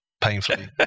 painfully